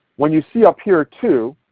when you see up here too,